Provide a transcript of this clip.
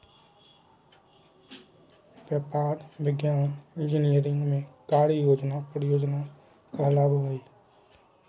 व्यापार, विज्ञान, इंजीनियरिंग में कार्य योजना परियोजना कहलाबो हइ